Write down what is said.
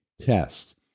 test